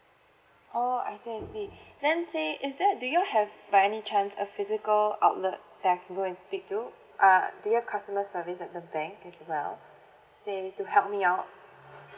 oh I see I see then say is there do you all have by any chance a physical outlet that I can go and speak to uh do you have customer service at the bank as well say to help me out